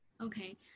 Okay